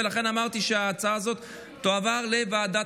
ולכן אמרתי שההצעה הזאת תועבר לוועדת